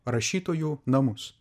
rašytojų namus